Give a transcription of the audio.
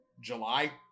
July